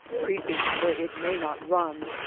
creeping where it may not run,